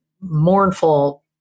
mournful